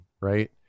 right